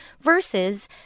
versus